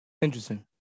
Interesting